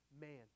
man